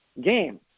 game